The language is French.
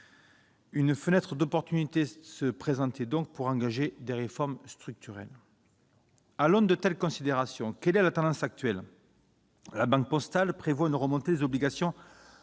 Une fenêtre d'opportunité se présentait pour engager des réformes structurelles. Quelle est, à l'aune de telles considérations, la tendance actuelle ? La Banque postale prévoit une remontée du taux des obligations